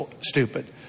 stupid